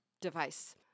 device